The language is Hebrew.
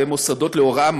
שהם מוסדות להוראה,